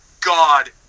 god